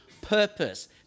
purpose